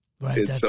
Right